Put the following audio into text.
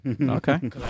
Okay